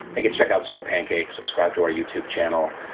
they can check out soulpancakes, subscribe to our youtube channel,